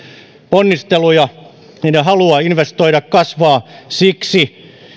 ponnisteluja niiden halua investoida kasvaa siksi